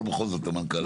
אבל בכל זאת, המנכ"ל.